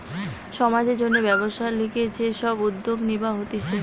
সমাজের জন্যে ব্যবসার লিগে যে সব উদ্যোগ নিবা হতিছে